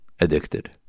addicted